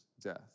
death